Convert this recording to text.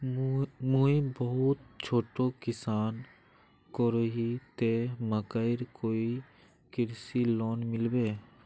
मुई बहुत छोटो किसान करोही ते मकईर कोई कृषि लोन मिलबे?